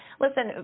Listen